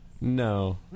no